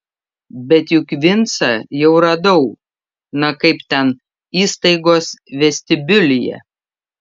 bet juk vincą jau radau na kaip ten įstaigos vestibiulyje